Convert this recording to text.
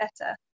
better